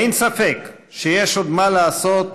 אין ספק שיש עוד מה לעשות